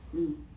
mmhmm